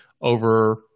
over